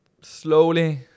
Slowly